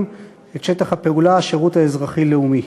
את שטח הפעולה: השירות האזרחי-לאומי.